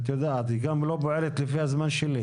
היא גם לא פועלת לפי הזמן שלי.